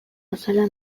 azala